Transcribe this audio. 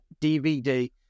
DVD